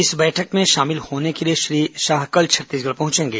इस बैठक में शामिल होने के लिए श्री शाह कल छत्तीसगढ़ पहुंचेंगे